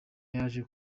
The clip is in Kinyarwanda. yaje